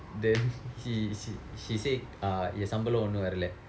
then he she said ah என் சம்பளம் ஒன்னும் வரவில்லை:en sambalam onnum varavillai